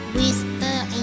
Whisper